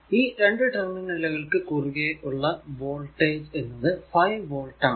ഈ രണ്ടു ടെർമിനലുകൾക്കു കുറുകെ ഉള്ള വോൾടേജ് എന്നത് 5 വോൾട് ആണ്